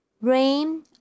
Rain